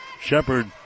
Shepard